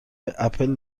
اپل